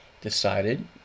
decided